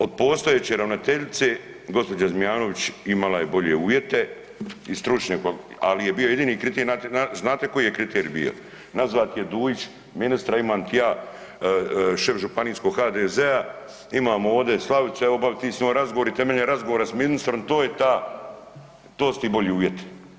Od postojeće ravnateljice gospođa Zmijanović imala je bolje uvjete i stručne, ali je bio jedini kriterij, znate koji je kriterij bio, nazvat je Dujić ministre imam ti ja, šef županijskog HDZ-a imamo ovdje Slavicu, evo obavi ti s njom razgovor i temeljem razgovora s ministrom to je ta, to su ti bolji uvjeti.